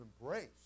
embrace